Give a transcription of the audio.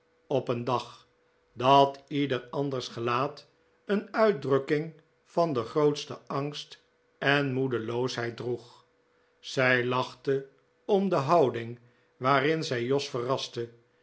op een dag dat ieder anders gelaat een uitdrukking van den grootsten angst en moedeloosheid droeg zij lachte om de houding waarin zij jos verraste